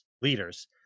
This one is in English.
leaders